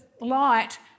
light